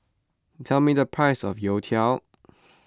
tell me the price of Youtiao